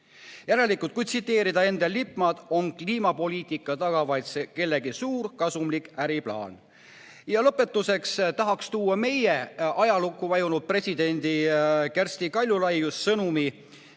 Järelikult, kui tsiteerida Endel Lippmaad, on kliimapoliitika taga vaid kellegi suur kasumlik äriplaan. Lõpetuseks tahaks tuua meie ajalukku vajunud presidendi Kersti Kaljulaidi sõnad,